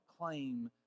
claim